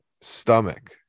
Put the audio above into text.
stomach